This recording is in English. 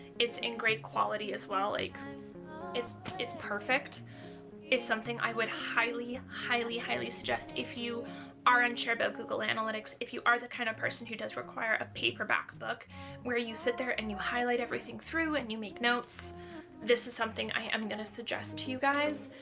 it's in great quality as well like it's it's perfect it's something i would highly highly highly suggest if you are unsure about google analytics, if you are the kind of person who does require a paperback book where you sit there and you highlight everything through and you make notes this is something i am gonna suggest to you guys.